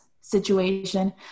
situation